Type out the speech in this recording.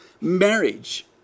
marriage